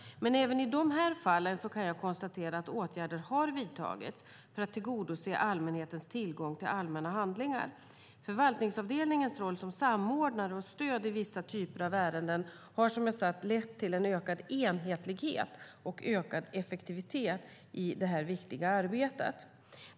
Men även i de fallen kan jag konstatera att åtgärder har vidtagits för att tillgodose allmänhetens tillgång till allmänna handlingar. Förvaltningsavdelningens roll som samordnare och stöd i vissa typer av ärenden har som sagt lett till ökad enhetlighet och ökad effektivitet i det viktiga arbetet.